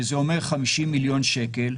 שזה אומר 50 מיליון שקל,